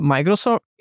Microsoft